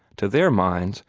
to their minds,